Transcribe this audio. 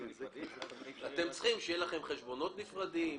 אתם צריכים שיהיו לכם חשבונות נפרדים,